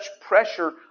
pressure